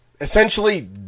essentially